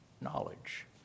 knowledge